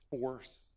force